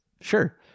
Sure